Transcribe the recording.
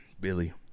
Billy